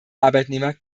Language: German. arbeitnehmer